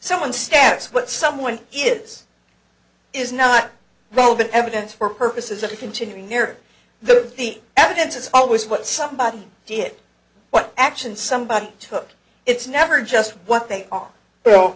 someone stance what someone is is not relevant evidence for purposes of continuing here the the evidence is always what somebody did what action somebody took it's never just what they are